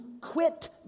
quit